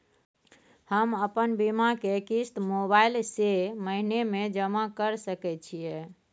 हम अपन बीमा के किस्त मोबाईल से महीने में जमा कर सके छिए?